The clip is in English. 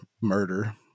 murder